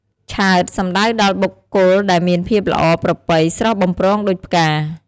ឆើត សំទៅដល់បុគ្គលដែលមានភាពល្អប្រពៃស្រស់បំព្រងដូចផ្កា។